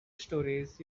storeys